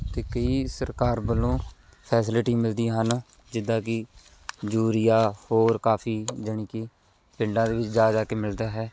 ਅਤੇ ਕਈ ਸਰਕਾਰ ਵੱਲੋਂ ਫੈਸਿਲੀਟੀ ਮਿਲਦੀਆਂ ਹਨ ਜਿੱਦਾਂ ਕਿ ਯੂਰੀਆ ਹੋਰ ਕਾਫੀ ਜਾਣੀ ਕਿ ਪਿੰਡਾਂ ਦੇ ਵਿੱਚ ਜਾ ਜਾ ਕੇ ਮਿਲਦਾ ਹੈ